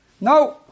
no